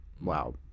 wow